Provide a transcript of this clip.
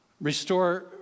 Restore